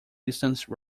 distance